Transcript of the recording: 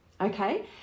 Okay